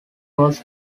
was